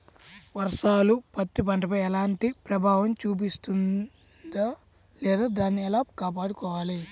వర్షాలు పత్తి పంటపై ఎలాంటి ప్రభావం చూపిస్తుంద లేదా దానిని ఎలా కాపాడుకోవాలి?